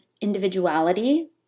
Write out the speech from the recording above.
individuality